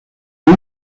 muy